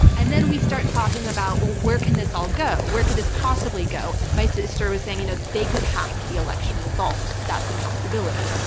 and then we start talking about where can this all go? where could this possibly go? my sister was saying you know they could hack the election results. that's a possibility.